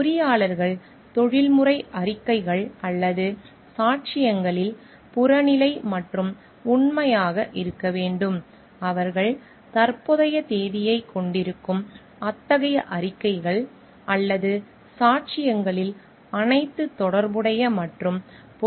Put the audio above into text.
பொறியாளர்கள் தொழில்முறை அறிக்கைகள் அறிக்கைகள் அல்லது சாட்சியங்களில் புறநிலை மற்றும் உண்மையாக இருக்க வேண்டும் அவர்கள் தற்போதைய தேதியைக் கொண்டிருக்கும் அத்தகைய அறிக்கைகள் அறிக்கைகள் அல்லது சாட்சியங்களில் அனைத்து தொடர்புடைய மற்றும் பொருத்தமான தகவல்களையும் சேர்க்க வேண்டும்